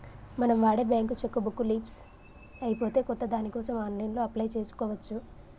మనం వాడే bank cheque book leafs అయిపోతే కొత్త దానికోసం ఆన్లైన్లో అప్లై చేసుకోవచ్చు